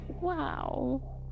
wow